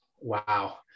Wow